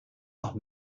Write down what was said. noch